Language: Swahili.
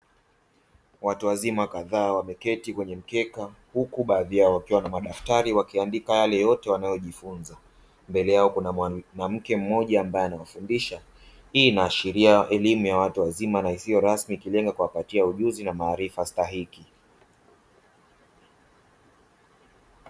Watu wazima kadhaa wameketi kwenye mkeka huku baadhi yao wakiwa na madaftari wakiandika yale yote wanayojifunza, mbele yao kuna mwanamke mmoja ambae anawafundisha, hii inaashiria elimu ya watu wazima isiyo rasmi ikilenga kuwapatia ujuzi na maarifa stahiki.